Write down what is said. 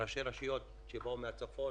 ראשי רשויות שבאו מהצפון